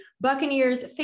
Buccaneers